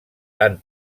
tant